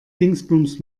dingsbums